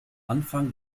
anfang